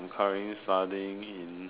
currently studying in